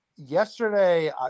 Yesterday